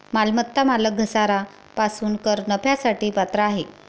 मालमत्ता मालक घसारा पासून कर नफ्यासाठी पात्र आहे